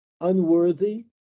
unworthy